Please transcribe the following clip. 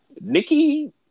Nikki